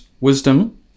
wisdom